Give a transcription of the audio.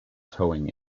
towing